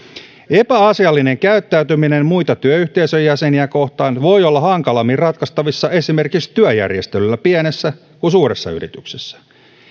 epäasiallinen käyttäytyminen muita työyhteisön jäseniä kohtaan voi olla hankalammin ratkaistavissa esimerkiksi työjärjestelyllä pienessä kuin suuressa yrityksessä